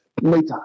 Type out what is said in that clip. later